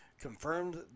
confirmed